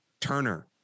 Turner